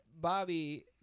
Bobby